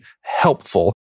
helpful